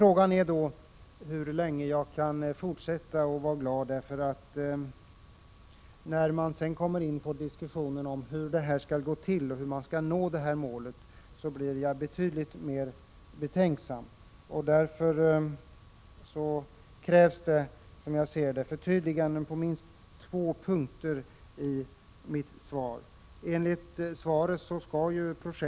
Frågan är då hur länge jag kan fortsätta att vara glad. När man kommer in på diskussionen om hur detta skall gå till och hur man skall nå målet blir jag mer betänksam. Det krävs, som jag ser det, förtydliganden på minst två punkter i kommunikationsministerns svar på min interpellation.